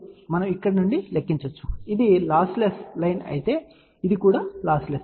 మనము ఇక్కడ నుండి లెక్కించవచ్చు కాబట్టి ఇది లాస్లెస్ లైన్ అయితే మరియు ఇది కూడా లాస్లెస్ లైన్